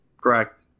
correct